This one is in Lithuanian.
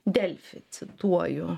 delfi cituoju